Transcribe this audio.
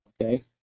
okay